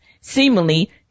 seemingly